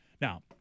Now